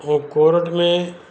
उहे कोरट में